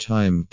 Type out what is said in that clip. Time